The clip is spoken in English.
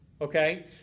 okay